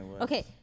Okay